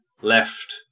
left